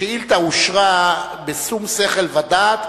השאילתא אושרה בשום שכל ודעת,